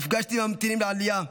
נפגשתי עם הממתינים לעלייה,